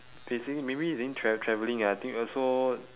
basically maybe then tra~ travelling ah I think also